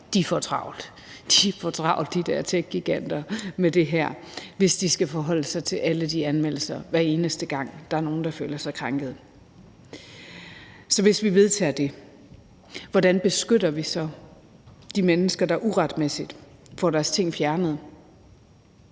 med det her, hvis de skal forholde sig til alle de anmeldelser, hver eneste gang der er nogen, der føler sig krænket. Så hvis vi vedtager forslaget, hvordan beskytter vi så de mennesker, der uretmæssigt får deres ting fjernet?